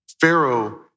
Pharaoh